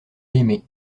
aimé